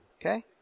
Okay